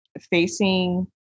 facing